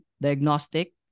diagnostic